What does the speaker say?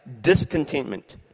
discontentment